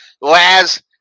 Laz